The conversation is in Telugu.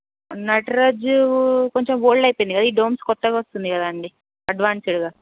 నటరాజు కొంచెం ఓల్డ్ అయిపోయినాయి కదా ఈ డోమ్స్ కొత్తగా వస్తున్నాయి కదా అడ్వాన్సడ్గా